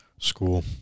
school